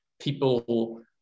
people